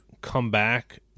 comeback